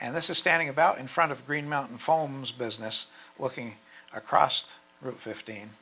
and this is standing about in front of green mountain foams business looking across the route fifteen